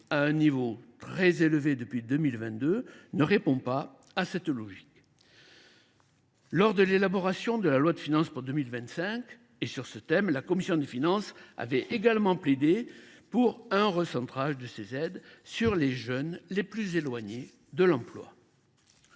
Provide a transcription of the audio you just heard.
à un niveau très élevé depuis 2022 ne répond pas à cette logique. Lors de l’élaboration de la loi de finances pour 2025, la commission des finances avait également plaidé pour un recentrage de ces aides sur les jeunes les plus éloignés de l’emploi.